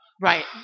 right